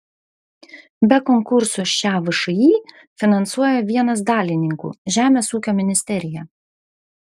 be konkursų šią všį finansuoja vienas dalininkų žemės ūkio ministerija